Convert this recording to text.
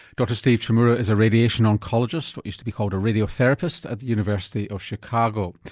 dr steve chmura is a radiation oncologist what used to be called a radiotherapist at the university of chicago.